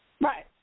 Right